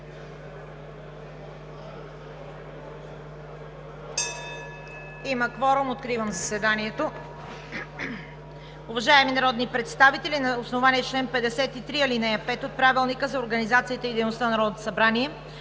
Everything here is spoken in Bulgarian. Има кворум. Откривам заседанието. Уважаеми народни представители, на основание чл. 53, ал. 5 от Правилника за организацията и дейността на Народното събрание